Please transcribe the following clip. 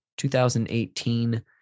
2018